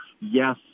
yes